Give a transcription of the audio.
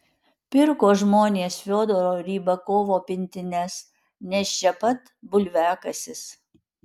pirko žmonės fiodoro rybakovo pintines nes čia pat bulviakasis